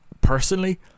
personally